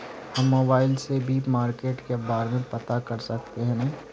हम मोबाईल से भी मार्केट के बारे में पता कर सके है नय?